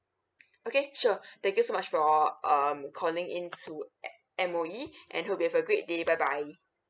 okay sure thank you so much for um calling in to at M_O_E and hope you have a great day bye bye